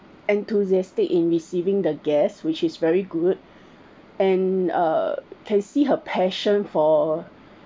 enthusiastic in receiving the guests which is very good and uh can see her passion for